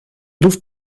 luft